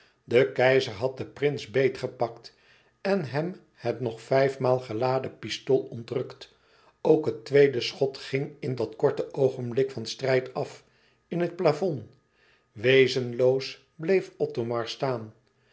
de keizer had den prins beetgepakt en hem het nog vijfmaal geladen pistool ontrukt ook het tweede schot ging in dat korte oogenblik van strijd af in het plafond wezenloos bleef othomar staan